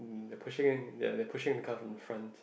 they pushing in they pushing the car from front